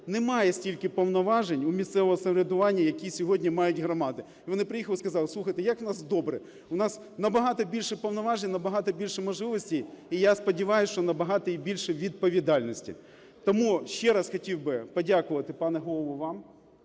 немає стільки повноважень у місцевого самоврядування, які сьогодні мають громади. І вони приїхали і сказали: "Слухайте, як у нас добре, у нас набагато більше повноважень, набагато більше можливостей". І, я сподіваюсь, що набагато і більше відповідальності. Тому ще раз хотів би подякувати, пане Голово, вам